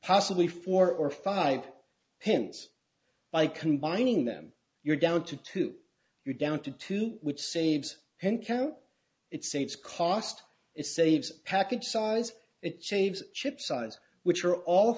possibly four or five pins by combining them you're down to two you're down to two which saves one count it saves cost is saves package size it changed chip size which are all